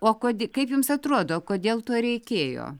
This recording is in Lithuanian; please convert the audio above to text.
o kodė kaip jums atrodo kodėl to reikėjo